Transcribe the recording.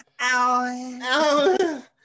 ow